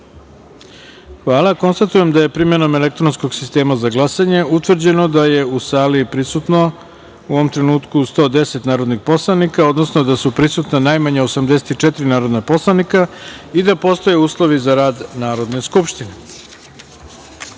kartice. Konstatujem da je primenom elektronskog sistema za glasanje, utvrđeno da je u sali prisutno 110 narodnih poslanika, odnosno da su prisutna najmanje 84 narodna poslanika i da postoje uslovi za rad Narodne